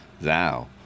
thou